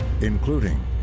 including